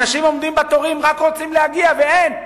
אנשים עומדים בתור, רק רוצים להגיע, ואין.